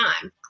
time